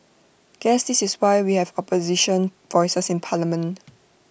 guess this is why we have opposition voices in parliament